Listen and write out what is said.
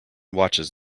watches